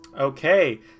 Okay